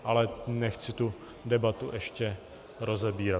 Ale nechci tu debatu ještě rozebírat.